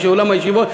באולם הישיבות,